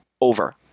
over